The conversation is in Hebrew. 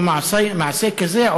או מעשה כזה,